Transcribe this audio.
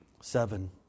seven